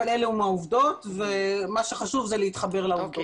אבל אלה הן העובדות ומה שחשוב זה להתחבר לעובדות.